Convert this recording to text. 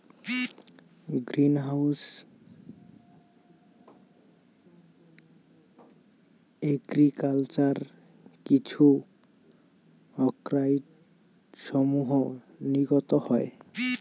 green house agriculture কিছু অক্সাইডসমূহ নির্গত হয়